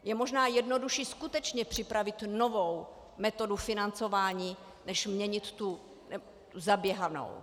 Je možná jednodušší skutečně připravit novou metodu financování než měnit tu zaběhanou.